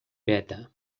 beta